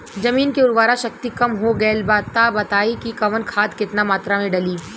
जमीन के उर्वारा शक्ति कम हो गेल बा तऽ बताईं कि कवन खाद केतना मत्रा में डालि?